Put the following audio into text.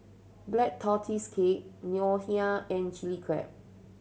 Black Tortoise Cake Ngoh Hiang and Chili Crab